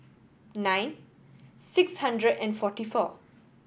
nine six hundred and forty four